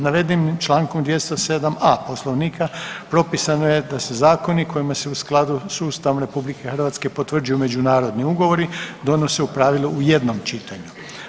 Navedenim čl. 207a Poslovnika propisano je da se zakoni kojima se u skladu s Ustavom RH potvrđuju međunarodni ugovori, donose u pravilu u jednom čitanju.